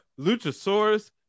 Luchasaurus